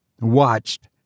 watched